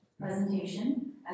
presentation